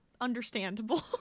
understandable